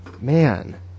man